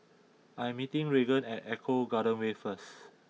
I am meeting Regan at Eco Garden Way first